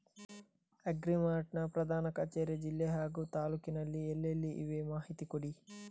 Agri mart ನ ಪ್ರಧಾನ ಕಚೇರಿ ಜಿಲ್ಲೆ ಹಾಗೂ ತಾಲೂಕಿನಲ್ಲಿ ಎಲ್ಲೆಲ್ಲಿ ಇವೆ ಮಾಹಿತಿ ಕೊಡಿ?